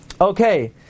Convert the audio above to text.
Okay